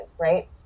right